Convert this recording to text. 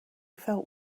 felt